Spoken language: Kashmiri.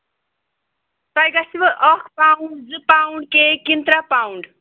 تۄہہِ گژھِوٕ اَکھ پاوُنٛڈ زٕ پاوُنٛڈ کیک کِنہٕ ترٛےٚ پاوُنٛڈ